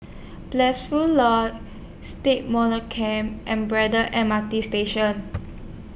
Blissful law Stagmont Camp and Braddell M R T Station